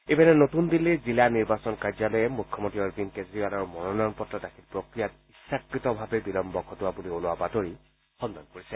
ইপিনে নতুন দিল্লীৰ জিলা নিৰ্বাচন কাৰ্যালয়ে মুখ্যমন্ত্ৰী অৰবিন্দ কেজৰিৱালৰ মনোনয়ন পত্ৰ দাখিল প্ৰক্ৰিয়াত ইচ্ছাকৃতভাৱে বিলম্ব ঘটোৱা বুলি ওলোৱা বাতৰি খণ্ডন কৰিছে